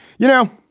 you know,